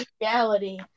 Reality